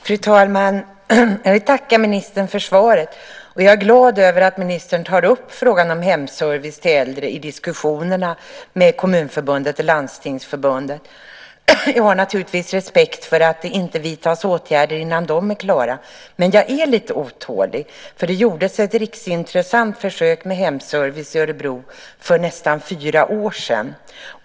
Fru talman! Jag vill tacka ministern för svaret. Jag är glad över att ministern tar upp frågan om hemservice till äldre i diskussionerna med Kommunförbundet och Landstingsförbundet. Jag har naturligtvis respekt för att det inte vidtas åtgärder innan de är klara. Men jag är lite otålig. Det gjordes ett riksintressant försök med hemservice i Örebro för nästan fyra år sedan.